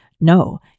no